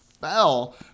fell